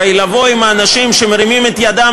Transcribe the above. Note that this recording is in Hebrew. הרי לבוא עם האנשים שמרימים את ידיהם